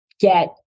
get